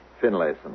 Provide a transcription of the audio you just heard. Finlayson